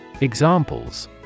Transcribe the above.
Examples